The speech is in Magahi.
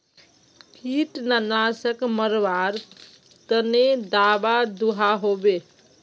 कीटनाशक मरवार तने दाबा दुआहोबे?